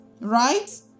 Right